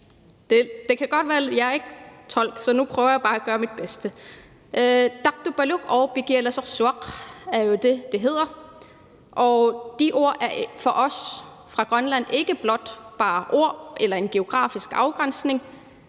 og land. Jeg er ikke tolk, så nu prøver jeg bare at gøre mit bedste. Tartupaluk og Pikialasorsuaq er jo det, det hedder, og de ord er for os fra Grønland ikke blot ord eller en geografisk afgrænsning.